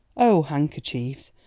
oh, handkerchiefs,